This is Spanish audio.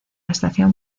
estación